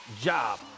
job